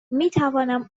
میتوانم